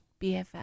BFF